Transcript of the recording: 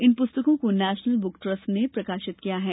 इन पुस्तकों को national book trust ने प्रकाशित किया है